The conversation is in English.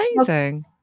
amazing